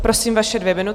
Prosím, vaše dvě minuty.